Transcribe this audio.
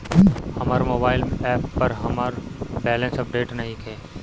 हमर mobile app पर हमर बैलेंस अपडेट नइखे